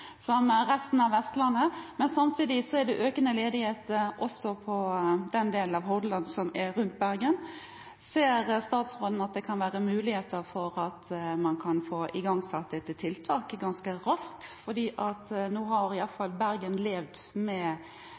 som resten av Vestlandet, men samtidig er det økende ledighet også i den delen av Hordaland som er rundt Bergen. Ser statsråden at det kan være muligheter for at man kan få igangsatt dette tiltaket ganske raskt? Nå har iallfall Bergen levd med den atkomsten som gjør at man har hatt en køsituasjon og vanskeligheter med